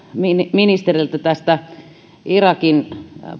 ministeriltä tästä irakin